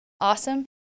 awesome